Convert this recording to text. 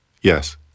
Yes